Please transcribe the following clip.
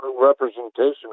representation